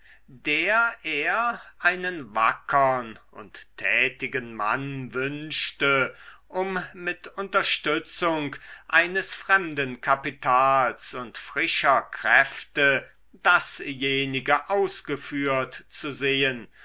der er einen wackern und tätigen mann wünschte um mit unterstützung eines fremden kapitals und frischer kräfte dasjenige ausgeführt zu sehen